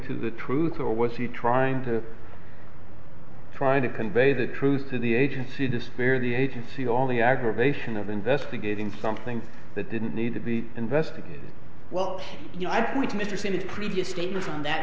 to the truth or was he trying to trying to convey the truth to the agency disappear the agency all the aggravation of investigating something that didn't need to be investigated well you know i point to mr simmons previous statements on that